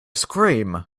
scream